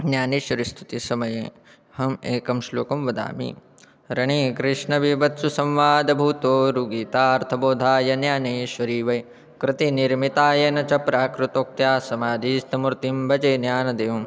ज्ञानेश्वरिस्थुतिसमये अहम् एकं श्लोकं वदामि रणेकृष्णबिभत्सु संवादभूतो रुगीतार्थबोधाय ज्ञानेश्वरी वै कृतिनिर्मितायनं च प्राकृतोक्त्या समाधिस्थमूर्तिं भजे ज्ञानदेवम्